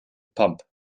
pump